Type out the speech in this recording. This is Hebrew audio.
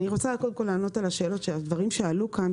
קודם כל אני רוצה לענות לדברים שעלו כאן,